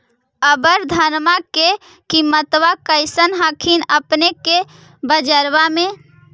अबर धानमा के किमत्बा कैसन हखिन अपने के बजरबा में?